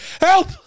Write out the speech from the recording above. Help